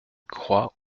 croix